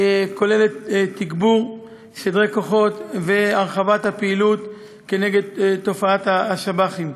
הכוללת תגבור סדרי כוחות והרחבת הפעילות כנגד תופעת השב"חים.